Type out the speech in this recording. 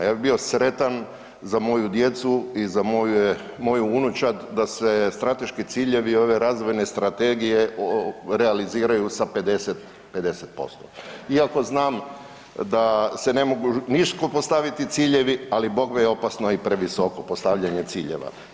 Ja bi bio sretan za moju djecu i za moju unučad da se strateški ciljevi ove Razvojne strategije realiziraju sa 50% iako znam da se ne mogu nisko postaviti ciljevi, ali bogme je opasno i previsoko postavljanje ciljeva.